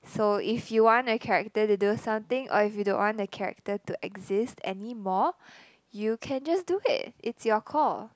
so if you want the character to do something or if you don't want the character to exist anymore you can just do it it's your call